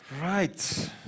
Right